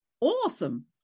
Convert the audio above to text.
Awesome